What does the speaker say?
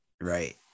right